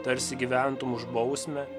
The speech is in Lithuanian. tarsi gyventum už bausmę